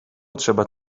trzeba